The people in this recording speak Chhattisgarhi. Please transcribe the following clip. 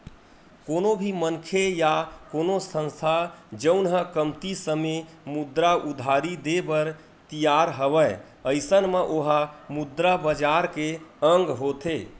कोनो भी मनखे या कोनो संस्था जउन ह कमती समे मुद्रा उधारी देय बर तियार हवय अइसन म ओहा मुद्रा बजार के अंग होथे